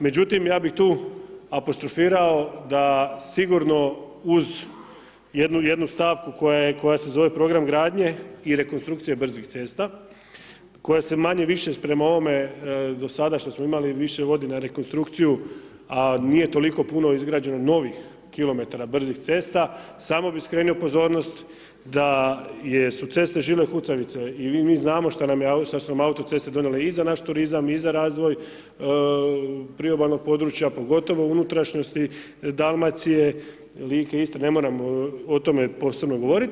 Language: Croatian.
Međutim, ja bi tu apostrofirao da sigurno uz jednu stavku, koja se zove program gradnje i rekonstrukcije brzih cesta, koja se manje-više prema ovome, do sada što smo imali više godina rekonstrukciju a nije toliko puno izgrađeno novih kilometara brzih cesta, samo bi skrenuo pozornost da su ceste žile kucavice i mi znamo što su nam autoceste donijele i za naš turizam i za razvoj priobalnog područja, pogotovo unutrašnjosti Dalmacije, Like, Istre, ne moram o tome posebno govoriti.